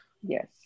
Yes